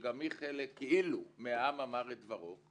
שגם היא חלק כאילו מהעם אמר את דברו,